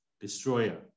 destroyer